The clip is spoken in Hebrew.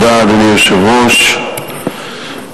אדוני היושב-ראש,